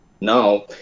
now